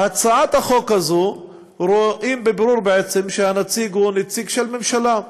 בהצעת החוק הזאת רואים בבירור בעצם שהנציג הוא נציג של ממשלה,